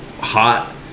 hot